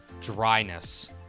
dryness